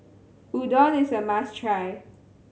Udon is a must try